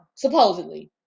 Supposedly